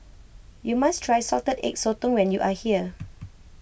you must try Salted Egg Sotong when you are here